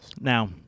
Now